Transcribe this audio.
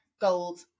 gold